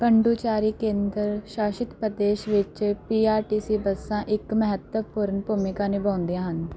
ਪੋਂਡੀਚੇਰੀ ਕੇਂਦਰ ਸ਼ਾਸਿਤ ਪ੍ਰਦੇਸ਼ ਵਿੱਚ ਪੀਆਰਟੀਸੀ ਬੱਸਾਂ ਇੱਕ ਮਹੱਤਵਪੂਰਨ ਭੂਮਿਕਾ ਨਿਭਾਉਂਦੀਆਂ ਹਨ